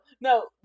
no